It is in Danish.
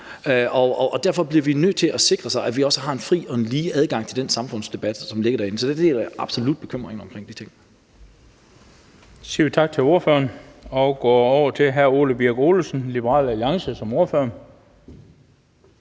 derfor bliver vi nødt til at sikre os, at vi også har en fri og lige adgang til den samfundsdebat, som ligger derinde. Så jeg deler absolut bekymringen omkring de ting.